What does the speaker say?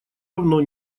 равно